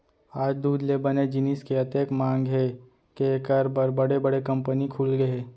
आज दूद ले बने जिनिस के अतेक मांग हे के एकर बर बड़े बड़े कंपनी खुलगे हे